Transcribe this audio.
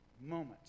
moment